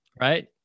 right